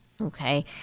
Okay